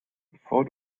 bevor